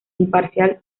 imparcial